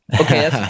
Okay